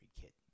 kit